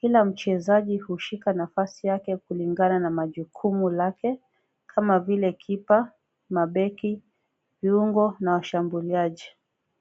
Kila mchezaji hushika nafasi yake kulingana na majukumu lake kama vile kipa, mabeki, viungo na ushambuliaji.